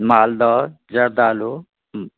Maldah Jardalu